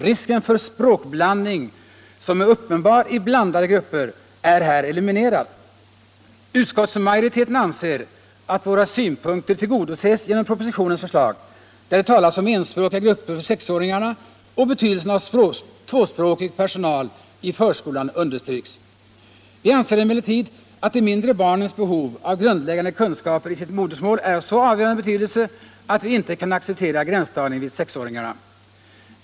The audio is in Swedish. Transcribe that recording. Risken för språkblandning, som är uppenbar i blandade grupper, är här eliminerad. Utskottsmajoriteten anser att våra synpunkter tillgodoses genom propositionens förslag, där det talas om enspråkiga grupper för sexåringarna och där betydelsen av tvåspråkig personal i förskolan understryks. Vi anser emellertid att de mindre barnens behov av grundläggande kunskaper i sitt modersmål är av så avgörande betydelse att vi inte kan acceptera gränsdragningen vid sexåringarna.